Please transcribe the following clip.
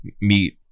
meet